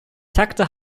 takte